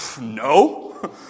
No